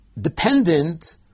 dependent